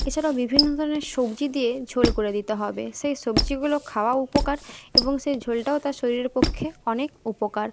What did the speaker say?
এছাড়াও বিভিন্ন ধরনের সবজি দিয়ে ঝোল করে দিতে হবে সেই সবজিগুলো খাওয়াও উপকার এবং সেই ঝোলটাও তার শরীরের পক্ষে অনেক উপকার